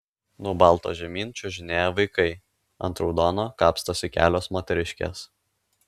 nuo balto žemyn čiuožinėja vaikai ant raudono kapstosi kelios moteriškės